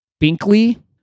Binkley